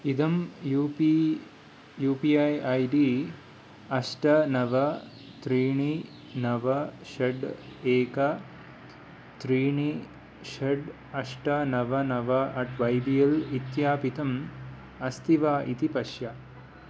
इदं U P U P I I D अष्ट नव त्रीणि नव षड् एक त्रीणि षड् अष्ट नव नव अट् वै बि एल् इत्यापितम् अस्ति वा इति पश्य